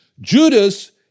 Judas